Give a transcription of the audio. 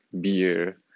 beer